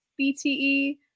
BTE